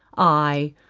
i,